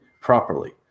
properly